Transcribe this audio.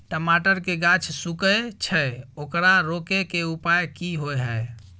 टमाटर के गाछ सूखे छै ओकरा रोके के उपाय कि होय है?